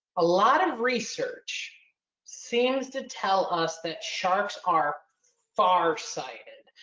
a lot of research seems to tell us that sharks are farsighted.